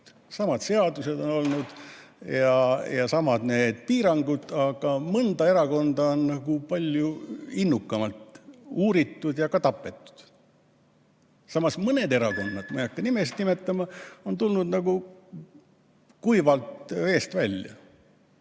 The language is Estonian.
Samad seadused on olnud ja samad piirangud, aga mõnda erakonda on palju innukamalt uuritud ja ka tapetud. Samas mõned erakonnad, ma ei hakka nimesid nimetama, on tulnud kuivalt veest välja.